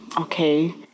Okay